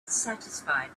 satisfied